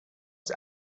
der